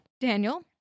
Daniel